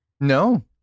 No